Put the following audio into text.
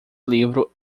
livro